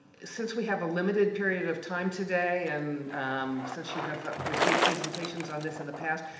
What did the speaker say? since we have a limited period of time today, and since you have received presentations on this in the past,